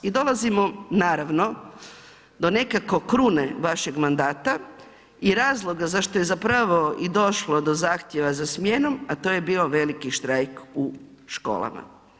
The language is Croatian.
I dolazimo naravno do nekako krune vašeg mandata i razloga zašto je zapravo i došlo do zahtjeva za smjenom, a to je bio veliki štrajk u školama.